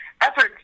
efforts